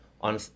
on